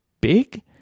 big